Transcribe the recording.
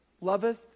loveth